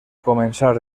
començar